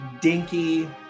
Dinky